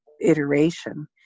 iteration